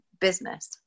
business